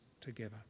together